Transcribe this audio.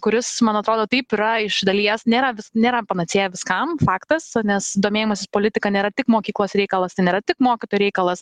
kuris man atrodo taip yra iš dalies nėra nėra panacėja viskam faktas nes domėjimasis politika nėra tik mokyklos reikalas tai nėra tik mokytojų reikalas